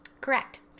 Correct